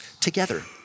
together